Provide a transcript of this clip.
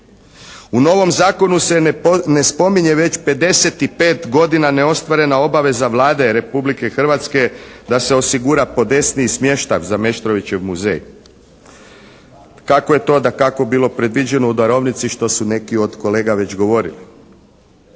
U novom zakonu se ne spominje već 55 godina neostvarena obaveza Vlade Republike Hrvatske da se osigura podesniji smještaj za Meštrovićev muzej. Tako je to dakako bilo predviđeno u darovnici što su neki od kolega već govorili.